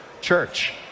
church